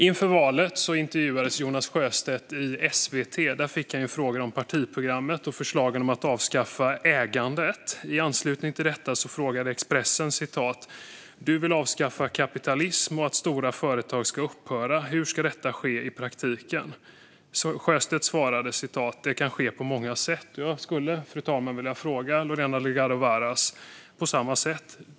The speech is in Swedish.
Inför valet intervjuades Jonas Sjöstedt i SVT. Där fick han frågor om partiprogrammet och förslagen om att avskaffa ägandet. I anslutning till detta frågade Expressen: Du vill avskaffa kapitalismen och att stora företag ska upphöra. Hur ska detta ske i praktiken? Sjöstedt svarade att det kan ske på många sätt. Fru talman! Jag skulle vilja ställa samma fråga till Lorena Delgado Varas.